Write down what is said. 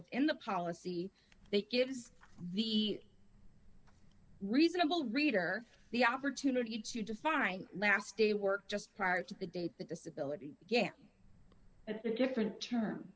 within the policy they gives the reasonable reader the opportunity to define last day work just prior to the date the disability yeah it's a different term